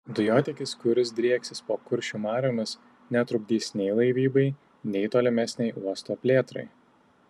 dujotiekis kuris drieksis po kuršių mariomis netrukdys nei laivybai nei tolimesnei uosto plėtrai